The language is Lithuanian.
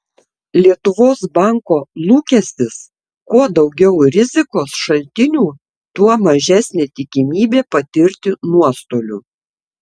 lietuvos banko lūkestis kuo daugiau rizikos šaltinių tuo mažesnė tikimybė patirti nuostolių